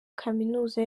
kaminuza